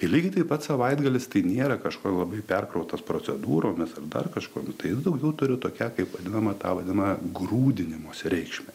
ir lygiai taip pat savaitgalis tai nėra kažkuo labai perkrautas procedūromis ar dar kažkuo tai daugiau turiu tokią kaip vadinamą tą vadinamą grūdinimosi reikšmę